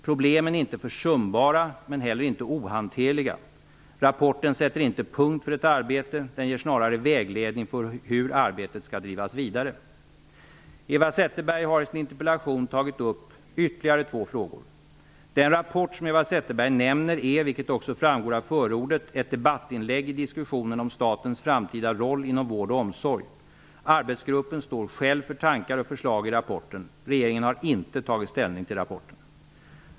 Problemen är inte försumbara, men heller inte ohanterliga. Rapporten sätter inte punkt för ett arbete, den ger snarare vägledning för hur arbetet skall drivas vidare. Eva Zetterberg har i sin interpellation tagit upp ytterligare två frågor. Den rapport som Eva Zetterberg nämner är, vilket också framgår av förordet, ett debattinlägg i diskussionen om statens framtida roll inom vård och omsorg. Arbetsgruppen står själv för tankar och förslag i rapporten. Regeringen har inte tagit ställning till rapporten.